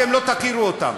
אתם לא תכירו בהם.